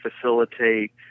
facilitate